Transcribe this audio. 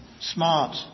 smart